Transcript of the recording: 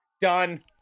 Done